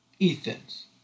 Ethan's